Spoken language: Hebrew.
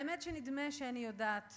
האמת, נדמה שאני יודעת